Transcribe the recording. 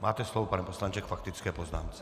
Máte slovo, pane poslanče, k faktické poznámce.